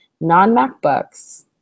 non-Macbooks